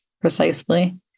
precisely